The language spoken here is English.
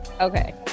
Okay